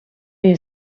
you